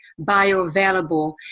bioavailable